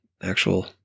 actual